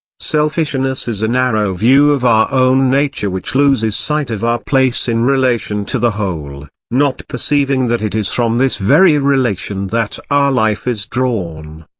selfishness is a narrow view of our own nature which loses sight of our place in relation to the whole, not perceiving that it is from this very relation that our life is drawn.